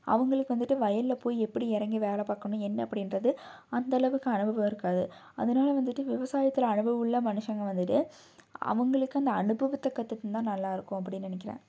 அவங்களுக்கு வந்துட்டு வயலில் போய் எப்படி இறங்கி வேலை பார்க்கணும் என்ன அப்படின்றது அந்தளவுக்கு அனுபவம் இருக்காது அதனால வந்துட்டு விவசாயத்தில் அனுபவம் உள்ள மனுஷங்க வந்துட்டு அவங்களுக்கு அந்த அனுபவத்தை கற்றுக்கினா நல்லாயிருக்கும் அப்படினு நெனைக்கிறேன்